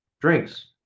drinks